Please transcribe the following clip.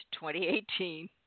2018